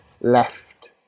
left